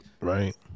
Right